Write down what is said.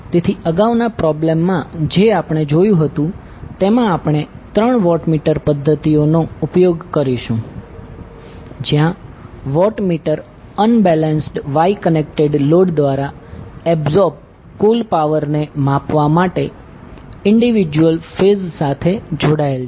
તેથી અગાઉના પ્રોબ્લેમમાં જે આપણે જોયું હતું તેમાં આપણે ત્રણ વોટમીટર પદ્ધતિઓનો ઉપયોગ કરીશું જ્યાં wattmeter unbalanced Y connected load દ્વારા એબ્સોર્બ કુલ પાવરને માપવા માટે ઈન્ડીવિડ્યુઅલ ફેઝ સાથે જોડાયેલા છે